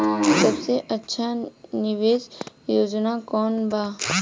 सबसे अच्छा निवेस योजना कोवन बा?